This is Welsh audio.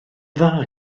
dda